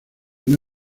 una